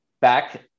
Back